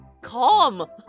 calm